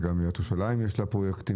וגם לעיריית ירושלים יש פרויקטים